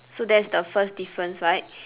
so that's the first difference right